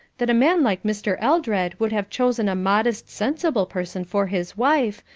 that a man like mr. eldred would have chosen a modest, sensible person for his wife,